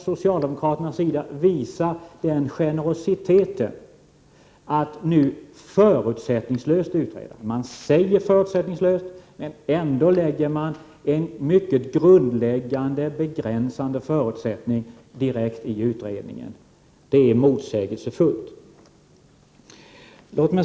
Socialdemokraterna kan inte visa den generositeten att de nu går med på en förutsättningslös utredning. De säger ”förutsättningslöst”, men ändå lägger de in en mycket grundläggande, begränsande förutsättning direkt i utredningen. Det är motsägelsefullt.